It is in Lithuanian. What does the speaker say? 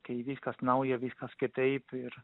kai viskas nauja viskas kitaip ir